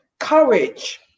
courage